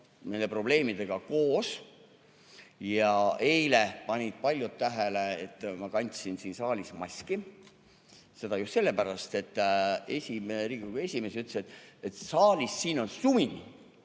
nende probleemidega koos. Eile panid paljud tähele, et ma kandsin siin saalis maski. Seda just sellepärast, et Riigikogu esimees ütles, et saalis on sumin.